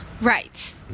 Right